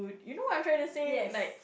you know what I'm trying to say like